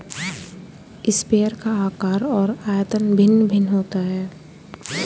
sprayer का आकार और आयतन भिन्न भिन्न होता है